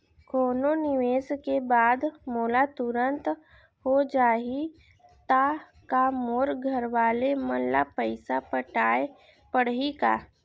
कोनो निवेश के बाद मोला तुरंत हो जाही ता का मोर घरवाले मन ला पइसा पटाय पड़ही का?